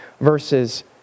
verses